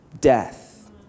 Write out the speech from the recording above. death